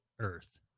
Earth